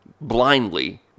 blindly